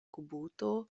kubuto